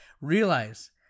Realize